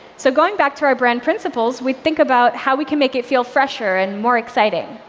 so going back to our brand principles, we think about how we can make it feel fresher and more exciting,